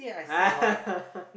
ah